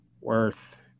Worth